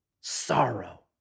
Sorrow